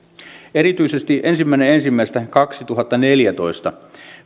erityisesti ensimmäinen ensimmäistä kaksituhattaneljätoista